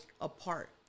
apart